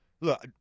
Look